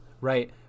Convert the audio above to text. right